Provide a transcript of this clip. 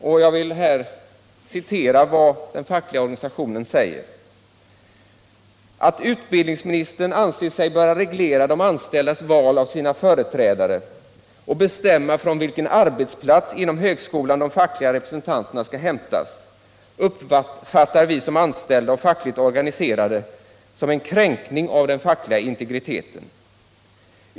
Låt mig citera vad den fackliga organisationen säger: ”Att utbildningsministern anser sig böra reglera de anställdas val av sina företrädare och bestämma från vilken arbetsplats inom högskolan de fackliga representanterna skall hämtas uppfattar vi som anställda och fackligt organiserade som en kränkning av den fackliga integriteten.